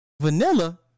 Vanilla